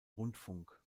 rundfunk